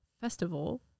Festival